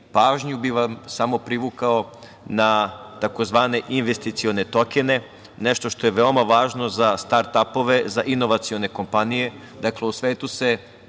Srbiji. Pažnju bih vam samo privukao na tzv. investicione tokene. To je nešto što je veoma važno za startapove, za inovacione kompanije.